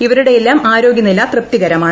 ഇവരുടെയെല്ലാം ആരോഗ്യനില തൃപ്തികരമാണ്